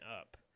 up